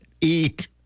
Eat